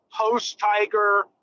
post-Tiger